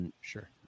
Sure